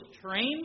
trained